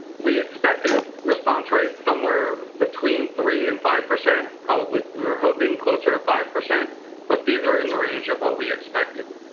we expected response rates somewhere between three and five percent probably we were hoping closer to five. but these are in the range of what we expected.